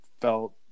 felt